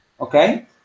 Okay